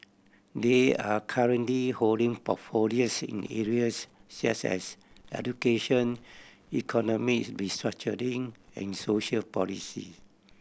they are currently holding portfolios in areas such as education economies restructuring and social policies